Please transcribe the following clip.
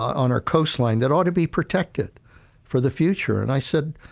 on our coastline that ought to be protected for the future. and i said,